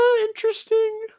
interesting